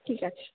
ঠিক আছে